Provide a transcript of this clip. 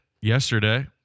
yesterday